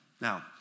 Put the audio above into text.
Now